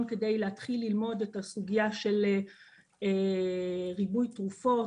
כדי להתחיל ללמוד את הסוגייה של ריבוי תרופות.